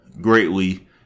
Greatly